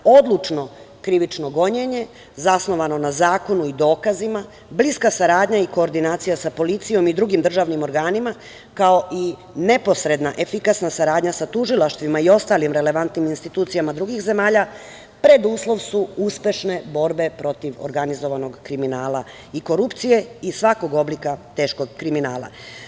Odlučno krivično gonjenje, zasnovano na zakonu i dokazima, bliska saradnja i koordinacija sa policijom i drugim državnim organima, kao i neposredna efikasna saradnja sa tužilaštvima i ostalim relevantnim institucijama drugih zemalja pred uslov su uspešne borbe protiv organizovanog kriminala i korupcije i svakog oblika teškog kriminala.